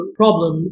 problem